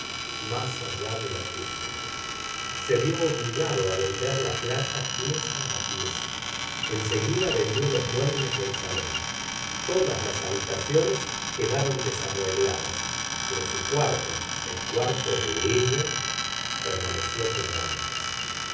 más allá de la tumba se vió obligado á vender la plata pieza á pieza en seguida vendió los muebles del salón todas las habitaciones quedaron desamuebladas pero su cuarto el cuarto de ella permaneció como antes